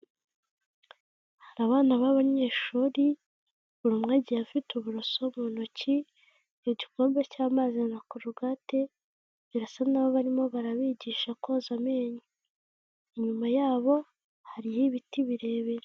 Abana b'abanyeshuri buri umwe agiye afite uburoso mu ntoki igikombe cy'amazi na korogate, birasa naho barimo barabigisha koza amenyo, inyuma yabo hari ibiti birebire.